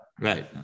Right